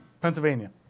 Pennsylvania